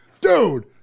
dude